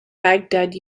baghdad